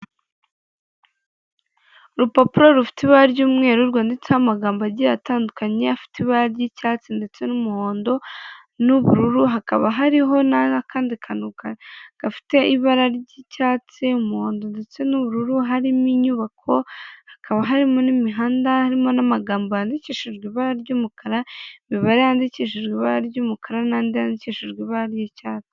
Urupapuro rufite ibara ry'umweru rwanditseho amagambo agiye atandukanye afite ibara ry'icyatsi ndetse n'umuhondo, n'ubururu. Hakaba hariho n'akandi kantu gafite ibara ry'icyatsi, umuhondo ndetse n'ubururu harimo inyubako, hakaba harimo n'imihanda, harimo n'amagambo yandikishijwe ibara ry'umukara, imibare yandikishije ibara ry'umukara n'andi yandikishijwe ibara ry'icyatsi.